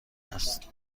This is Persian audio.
است